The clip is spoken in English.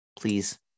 please